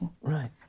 Right